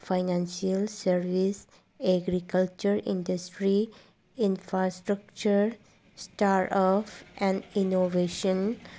financial service agriculture industry infra structure start up and innovation